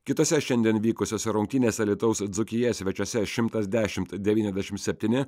kitose šiandien vykusiose rungtynėse alytaus dzūkija svečiuose šimtas dešimt devyniasdešimt septyni